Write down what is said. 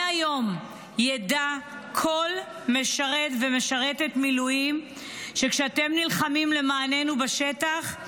מהיום ידע כל משרת ומשרתת מילואים: כשאתם נלחמים למעננו בשטח,